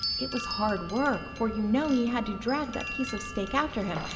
it was hard work, for you know he had to drag that piece of stake after him.